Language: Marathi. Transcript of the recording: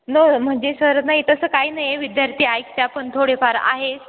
नो म्हणजे सर नाही तसं काही नाही आहे विद्यार्थी ऐकतात पण थोडेफार आहेत